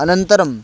अनन्तरम्